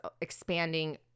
expanding